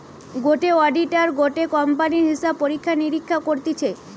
গটে অডিটার গটে কোম্পানির হিসাব পরীক্ষা নিরীক্ষা করতিছে